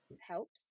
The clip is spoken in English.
helps